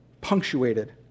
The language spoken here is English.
punctuated